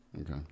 Okay